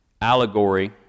allegory